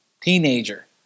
teenager